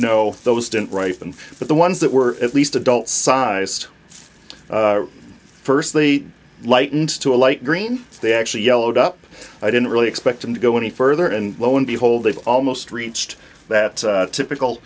know those didn't write them but the ones that were at least adult sized firstly lightened to a light green they actually yellowed up i didn't really expect them to go any further and lo and behold they've almost reached that typical